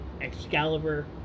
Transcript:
Excalibur